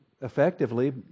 effectively